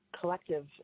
collective